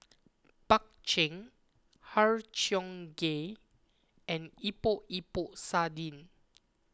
Bak Chang Har Cheong Gai and Epok Epok Sardin